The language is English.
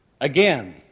Again